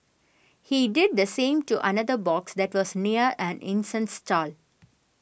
he did the same to another box that was near an incense stall